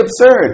absurd